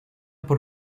por